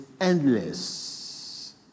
endless